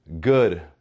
good